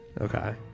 Okay